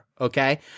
okay